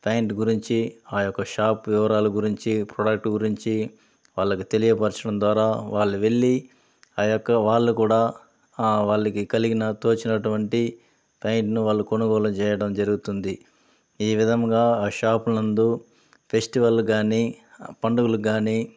pant గురించి ఆ యొక్క షాపు వివరాలు గురించి ప్రొడక్టు గురించి వాళ్ళకి తెలియపరచడం ద్వారా వాళ్ళు వెళ్ళి ఆ యొక్క వాళ్ళు కూడ ఆ వాళ్ళకి కలిగిన తోచినటువంటి ప్యాంటును వాళ్ళు కొనుగోలు చేయడం జరుగుతుంది ఈ విధంగా ఆ షాప్ నందు ఫెస్టివల్ కానీ పండుగలకు కానీ